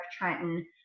Trenton